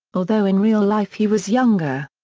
although in real life he was younger.